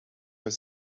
were